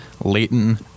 Leighton